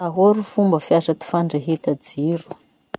Ahoa ro fomba fiasa ty fandreheta jiro?